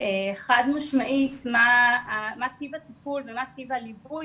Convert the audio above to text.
חד משמעית מה טיב הטיפול ומה טיב הליווי